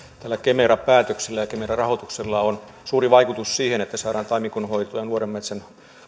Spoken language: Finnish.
tällä kemera päätöksellä ja ja kemera rahoituksella on suuri vaikutus siihen että saadaan taimikon hoitoa ja nuoren metsän